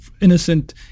innocent